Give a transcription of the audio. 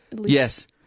Yes